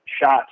shots